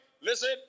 Listen